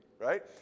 Right